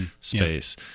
space